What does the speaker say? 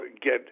get